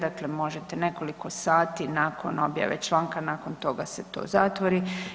Dakle, možete nekoliko sati nakon objave članka nakon toga se to zatvori.